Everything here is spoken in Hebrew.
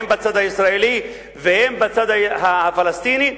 הן בצד הישראלי והן בצד הפלסטיני,